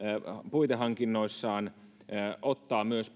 puitehankinnoissaan ottaa myös